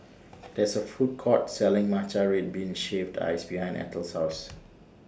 There IS A Food Court Selling Matcha Red Bean Shaved Ice behind Eithel's House